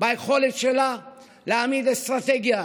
ביכולת שלה להעמיד אסטרטגיה